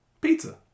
Pizza